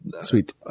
Sweet